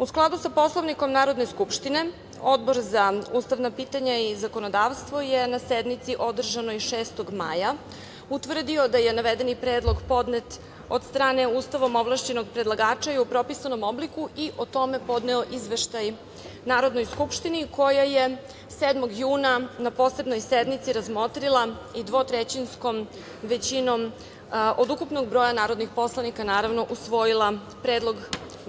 U skladu sa Poslovnikom Narodne skupštine, Odbor za ustavna pitanja i zakonodavstvo je na sednici održanoj 6. maja utvrdio da je navedeni predlog podnet od strane Ustavom ovlašćenog predlagača i u propisanom obliku i o tome podneo izveštaj Narodnoj skupštini, koja je 7. juna na posebnoj sednici razmotrila i dvotrećinskoj većinom od ukupnog broja narodnih poslanika, naravno, usvojila predlog